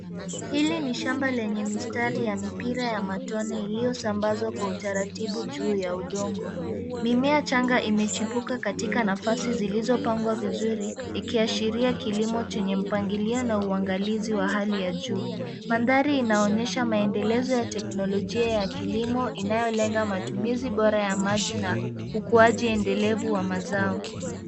Hili ni shamba lenye mistari ya mipira ya matone iliyosambazwa kwa utaratibu juu ya udongo. Mimea changa imechipuka katika nafasi zilizopangwa vizuri, ikiashiria kilimo chenye mpangilio, na uangalizi wa hali ya juu. Mandhari inaonyesha maendelezo ya teknologia ya kilimo, inayolenga matumizi bora ya maji na ukuaji endelevu wa mazao.